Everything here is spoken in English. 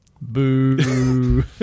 Boo